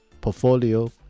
portfolio